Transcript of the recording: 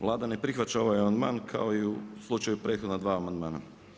Vlada ne prihvaća ovaj amandman kao i u slučaju prethodna dva amandmana.